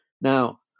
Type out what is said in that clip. now